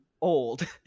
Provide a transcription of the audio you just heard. old